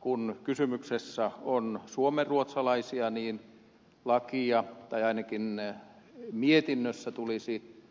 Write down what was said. kun kysymyksessä ovat suomenruotsalaiset niin ainakin mietinnössä tulisi